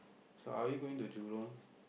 so are we going to Jurong